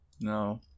No